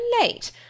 late